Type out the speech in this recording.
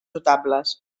notables